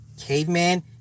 caveman